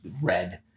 red